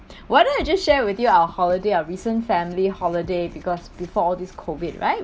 why don't I just share with you our holiday our recent family holiday because before this COVID right